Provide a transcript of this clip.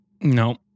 No